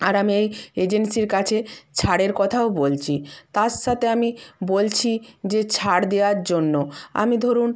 আর আমি এই এজেন্সির কাছে ছাড়ের কথাও বলছি তার সাথে আমি বলছি যে ছাড় দেওয়ার জন্য আমি ধরুন